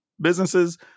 businesses